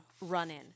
run-in